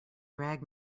drag